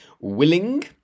willing